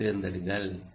ஓ வை தேர்ந்தெடுங்கள்